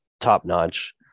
top-notch